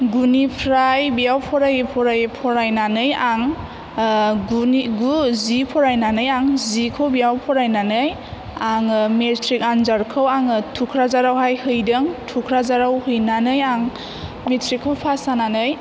गुनिफ्राय बेयाव फरायै फरायै फरायनानै आं गुनि गु जि फरायनानै आं जिखौ बियाव फरायनानै आङो मेट्रिक आन्जादखौ आङो थुख्राजारावहाय हैदों थुख्राजाराव हैनानै आं मेट्रिकखौ फास जानानै